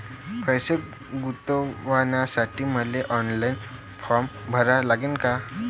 पैसे गुंतवासाठी मले ऑनलाईन फारम भरा लागन का?